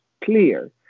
clear